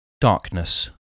darkness